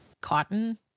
cotton